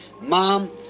mom